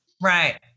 Right